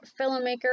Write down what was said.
filmmaker